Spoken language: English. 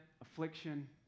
affliction